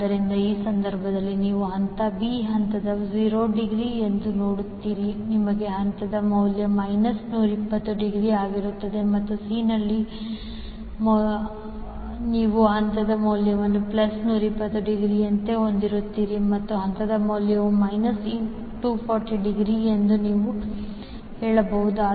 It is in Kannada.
ಆದ್ದರಿಂದ ಈ ಸಂದರ್ಭದಲ್ಲಿ ನೀವು ಹಂತ B ಹಂತದಲ್ಲಿ 0 ಡಿಗ್ರಿ ಎಂದು ನೋಡುತ್ತೀರಿ ನಿಮಗೆ ಹಂತದ ಮೌಲ್ಯ ಮೈನಸ್ 120 ಡಿಗ್ರಿ ಇರುತ್ತದೆ ಮತ್ತು C ನಲ್ಲಿ ನೀವು ಹಂತದ ಮೌಲ್ಯವನ್ನು ಪ್ಲಸ್ 120 ಡಿಗ್ರಿಯಂತೆ ಹೊಂದಿರುತ್ತೀರಿ ಮತ್ತು ಹಂತದ ಮೌಲ್ಯವು ಮೈನಸ್ 240 ಡಿಗ್ರಿ ಎಂದು ನೀವು ಹೇಳಬಹುದು